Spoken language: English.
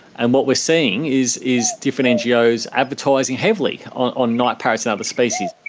and what we're seeing is is different ngos advertising heavily on night parrots and other species.